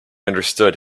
understood